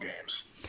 games